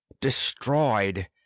destroyed